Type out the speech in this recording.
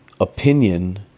opinion